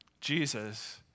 Jesus